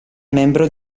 membro